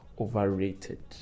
overrated